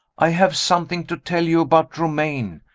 i have something to tell you about romayne.